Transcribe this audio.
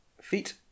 feet